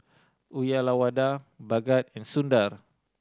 Uyyalawada Bhagat and Sundar